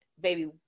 baby